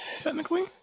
Technically